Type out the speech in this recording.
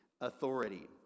authority